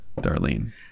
Darlene